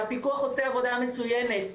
והפיקוח עושה עבודה מצוינת,